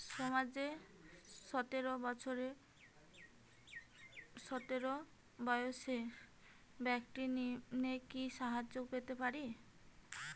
সমাজের সতেরো বৎসরের ব্যাক্তির নিম্নে কি সাহায্য পেতে পারে?